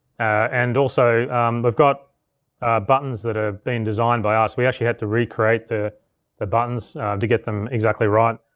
and also we've got buttons that have ah been designed by us. we actually had to recreate the the buttons to get them exactly right.